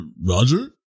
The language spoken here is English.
Roger